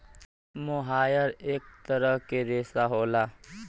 मोहायर इक तरह क रेशा होला